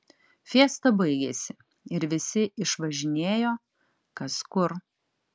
fiesta baigėsi ir visi išvažinėjo kas kur